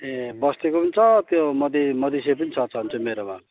ए बस्तीको पनि छ त्यो मदि मधिसे पनि छ छनु चाहिँ मेरोमा